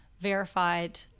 verified